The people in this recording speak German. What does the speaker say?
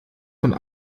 von